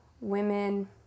women